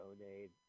donate